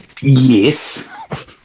Yes